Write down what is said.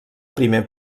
primer